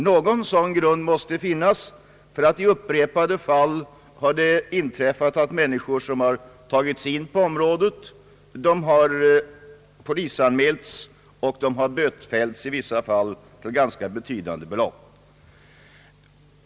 Någon sådan grund måste dock finnas, ty i upprepade fall har det inträffat att människor som tagit sig in på området polisanmälts och i vissa fall fått böta ganska betydande belopp.